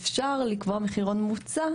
אפשר לקבוע מחירון מומצא,